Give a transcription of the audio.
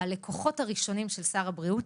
והלקוחות הראשון של שר הבריאות